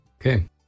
Okay